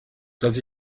dass